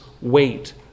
wait